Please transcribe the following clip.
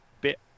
bit